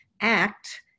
Act